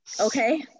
okay